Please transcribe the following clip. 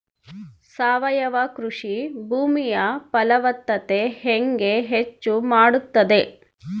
ಸಾವಯವ ಕೃಷಿ ಭೂಮಿಯ ಫಲವತ್ತತೆ ಹೆಂಗೆ ಹೆಚ್ಚು ಮಾಡುತ್ತದೆ?